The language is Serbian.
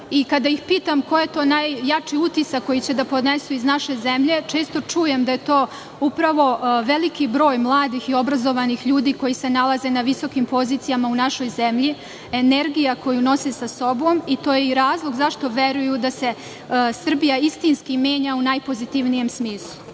Kada ih pitam koji je to najjači utisak koji će da ponesu iz naše zemlje, često čujem da je to upravo veliki broj mladih i obrazovanih ljudi koji se nalaze na visokim pozicijama u našoj zemlji, energija koju nose sa sobom. To je i razlog zašto veruju da se Srbija istinski menja u najpozitivnijem smislu. Ovom